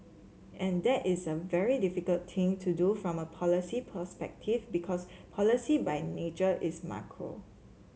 and that is a very difficult thing to do from a policy perspective because policy by nature is macro